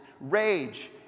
rage